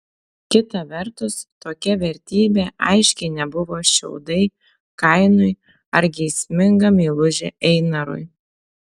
kita vertus tokia vertybė aiškiai nebuvo šiaudai kainui ar geisminga meilužė einarui